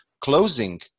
closing